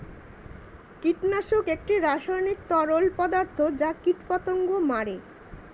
কীটনাশক একটি রাসায়নিক তরল পদার্থ যা কীটপতঙ্গ মারে